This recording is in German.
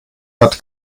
hat